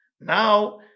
Now